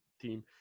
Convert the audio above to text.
team